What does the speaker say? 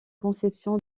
conception